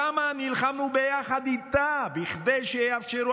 כמה נלחמנו ביחד איתה כדי שיאפשרו,